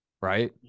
Right